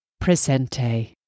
Presente